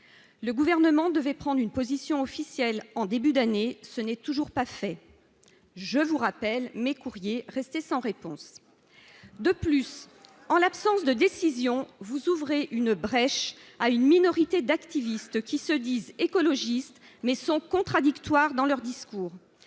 le gouvernement devait prendre une position officielle en début d'année, ce n'est toujours pas fait, je vous rappelle mes courriers restés sans réponse, de plus, en l'absence de décision vous ouvrez une brèche à une minorité d'activistes qui se disent écologistes mais sont contradictoires dans leurs discours,